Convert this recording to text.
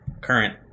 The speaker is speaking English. current